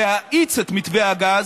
להאיץ את מתווה הגז,